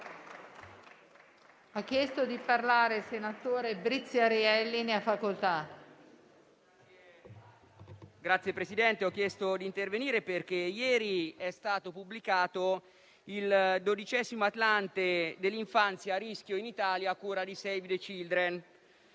Signor Presidente, ho chiesto di intervenire perché ieri è stato pubblicato il «XII Atlante dell'infanzia a rischio in Italia», a cura di Save the Children,